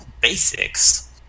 basics